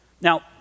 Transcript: Now